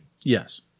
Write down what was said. Yes